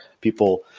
people